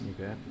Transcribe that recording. Okay